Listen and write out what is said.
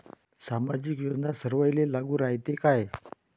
सामाजिक योजना सर्वाईले लागू रायते काय?